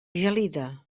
gelida